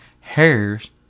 hairs